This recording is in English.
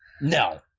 No